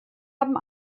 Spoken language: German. haben